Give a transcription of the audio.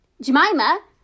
Jemima